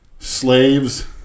slaves